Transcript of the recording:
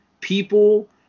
People